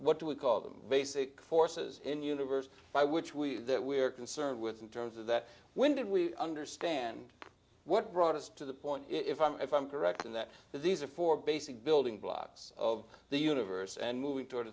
what do we call them basic forces in universe by which we we are concerned with in terms of that when did we understand what brought us to the point if i'm if i'm correct in that these are four basic building blocks of the universe and moving toward